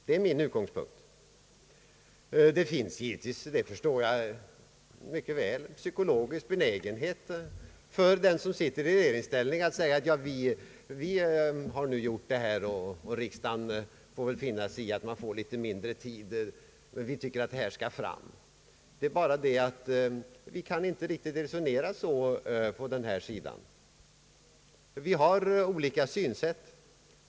Det är min utgångspunkt. Det finns givetvis — det förstår jag mycket väl — en psykologisk benägenhet hos den som sitter i regeringsställning att säga: »Vi har nu gjort detta, och riksdagen får väl finna sig i att man får litet mindre tid, men vi tycker att dessa förslag skall fram.» Det är bara det att vi på den här sidan inte kan riktigt resonera på det sättet. Vi har olika synsätt.